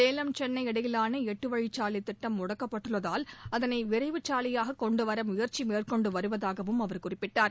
சேலம் சென்னை இடையிலான எட்டு வழிச்சாலைத் திட்டம் முடக்கப்பட்டுள்ளதால் அதனை விரைவுச் சாலையாக கொண்டு வர முயற்சி மேற்கொண்டு வருவதாகவும் அவர் குறிப்பிட்டார்